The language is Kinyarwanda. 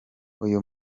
uyu